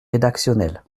rédactionnel